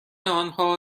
آنها